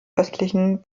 östlichen